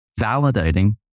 validating